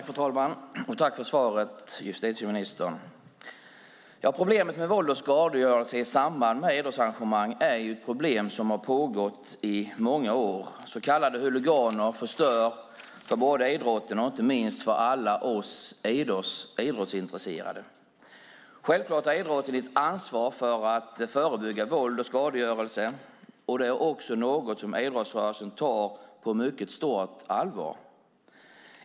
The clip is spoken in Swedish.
Fru talman! Tack för svaret, justitieministern! Problemet med våld och skadegörelse i samband med idrottsarrangemang har ju pågått i många år. Så kallade huliganer förstör både för idrotten och inte minst för alla oss idrottsintresserade. Självklart har idrotten ett ansvar för att förebygga våld och skadegörelse. Det är också något som idrottsrörelsen tar på mycket stort allvar.